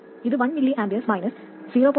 ഇത് 1 mA minus 0